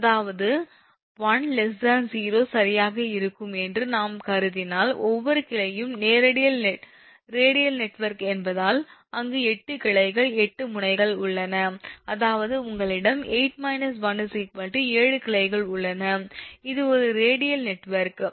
அதாவது 1∠0 சரியாக இருக்கும் என்று நாம் கருதினால் ஒவ்வொரு கிளையும் ரேடியல் நெட்வொர்க் என்பதால் அங்கு 8 கிளைகள் 8 முனைகள் உள்ளன அதாவது உங்களிடம் 8−1 7 கிளைகள் உள்ளன இது ஒரு ரேடியல் நெட்வொர்க்